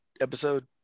episode